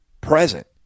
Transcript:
present